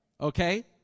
okay